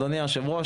אדוני היו"ר,